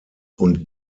und